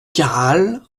caral